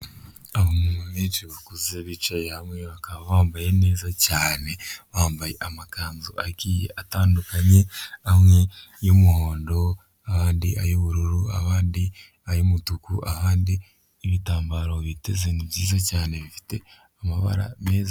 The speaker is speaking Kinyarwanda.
Abantu benshi bakuze bicaye hamwe, bakaba bambaye neza cyane, bambaye amakanzu agiye atandukanye, bamwe ay'umuhondo, abandi ay'ubururu, abandi ari umutuku, abandi ibitambaro biteze ni byiza cyane bifite amabara meza.